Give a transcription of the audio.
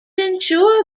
ensure